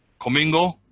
co-mingle